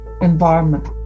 environment